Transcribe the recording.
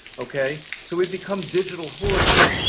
okay? so we've become digital hoarders.